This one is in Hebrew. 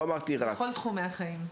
בכל תחומי החיים.